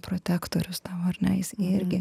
protektorius tavo ar ne jis irgi